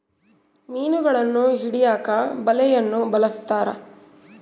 ಮೀನುಗಳನ್ನು ಹಿಡಿಯಕ ಬಲೆಯನ್ನು ಬಲಸ್ಥರ